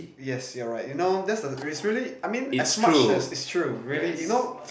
yes you are right you know that's the it's really I mean as much as it's true really you know